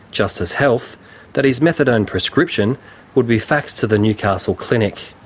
justice health that his methadone prescription would be faxed to the newcastle clinic.